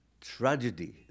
tragedy